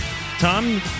Tom